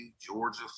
Georgia